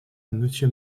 monsieur